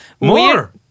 More